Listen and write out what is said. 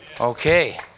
Okay